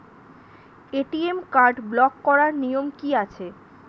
ATM card block করার নিয়ম কি আছে?